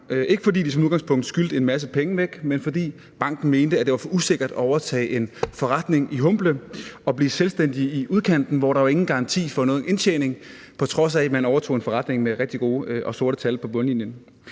ikke fordi de som udgangspunkt skyldte en masse penge væk, men fordi banken mente, at det var for usikkert at overtage en forretning i Humble og blive selvstændig i udkanten, hvor der jo ingen garanti er for nogen indtjening, på trods af at man overtog en forretning med rigtig gode og sorte tal på bundlinjen.